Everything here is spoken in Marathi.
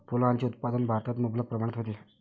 फुलांचे उत्पादन भारतात मुबलक प्रमाणात होते